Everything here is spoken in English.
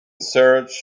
search